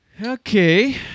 Okay